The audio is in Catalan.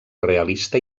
realista